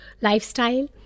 lifestyle